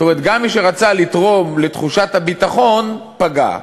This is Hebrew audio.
זאת אומרת, גם מי שרצה לתרום לתחושת הביטחון, פגע.